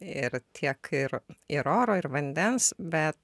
ir tiek ir ir oro ir vandens bet